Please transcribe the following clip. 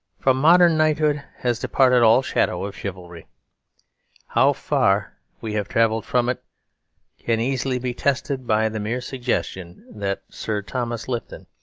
from modern knighthood has departed all shadow of chivalry how far we have travelled from it can easily be tested by the mere suggestion that sir thomas lipton,